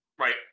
Right